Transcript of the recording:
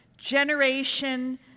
generation